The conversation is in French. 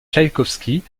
tchaïkovski